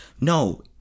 No